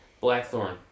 Blackthorn